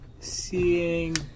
seeing